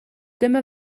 dyma